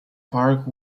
park